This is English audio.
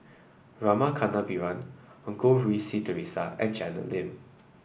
Rama Kannabiran Goh Rui Si Theresa and Janet Lim